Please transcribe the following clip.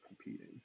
competing